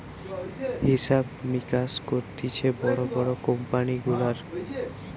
হিসাব মিকাস করতিছে বড় বড় কোম্পানি গুলার